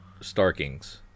Starkings